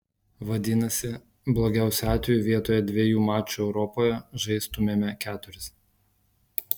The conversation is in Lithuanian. vadinasi blogiausiu atveju vietoje dviejų mačų europoje žaistumėme keturis